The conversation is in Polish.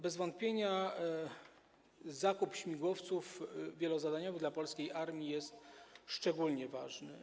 Bez wątpienia zakup śmigłowców wielozadaniowych dla polskiej armii jest szczególnie ważny.